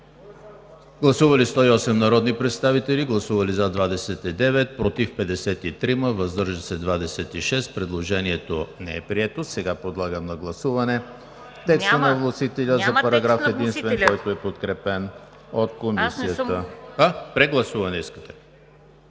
Прегласуване ли искате?